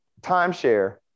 timeshare